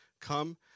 Come